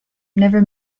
never